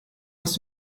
hast